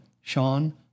Sean